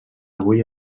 avui